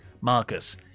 Marcus